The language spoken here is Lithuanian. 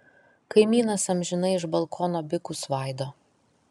kaimynas amžinai iš balkono bikus svaido